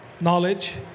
knowledge